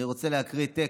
אני רוצה להקריא טקסט,